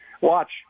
watch